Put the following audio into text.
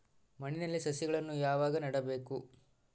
ಮಣ್ಣಿನಲ್ಲಿ ಸಸಿಗಳನ್ನು ಯಾವಾಗ ನೆಡಬೇಕು?